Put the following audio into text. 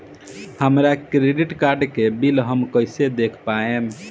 हमरा credit card के bill हम कइसे देख पाएम?